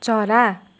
चरा